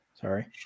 Sorry